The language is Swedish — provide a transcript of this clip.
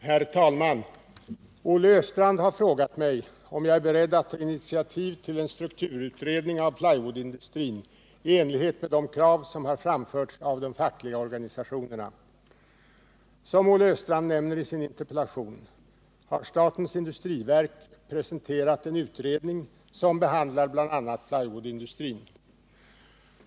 Herr talman! Olle Östrand har frågat mig om jag är beredd att ta initiativ till en strukturutredning av plywoodindustrin i enlighet med de krav som har framförts av de fackliga organisationerna. Som Olle Östrand nämner i sin interpellation har statens industriverk presenterat en utredning som behandlar bl.a. plywoodindustrin.